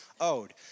owed